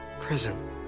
prison